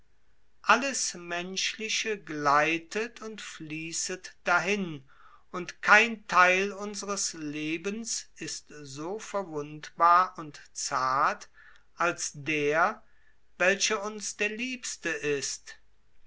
hätte menschliche gleitet und fließet dahin und kein theil unseres lebens ist so verwundbar und zart als der welcher uns der liebste ist